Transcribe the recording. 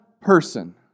person